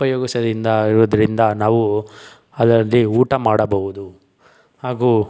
ಉಪಯೋಗಿಸದಿಂದ ಇರುವುದರಿಂದ ನಾವು ಅದರಲ್ಲಿ ಊಟ ಮಾಡಬಹುದು ಹಾಗೂ